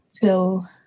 till